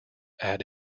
add